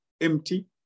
empty